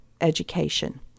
education